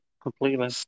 completely